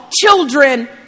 children